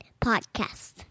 Podcast